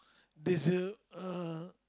there's a uh